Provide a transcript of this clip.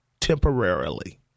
temporarily